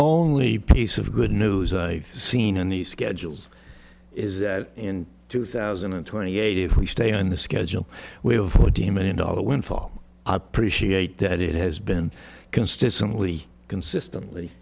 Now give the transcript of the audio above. only piece of good news i seen a nice schedules is that in two thousand and twenty eight if we stay on the schedule we have fourteen million dollar windfall i appreciate that it has been consistently consistently